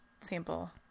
sample